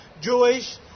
Jewish